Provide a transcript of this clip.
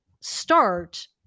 start